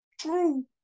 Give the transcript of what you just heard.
true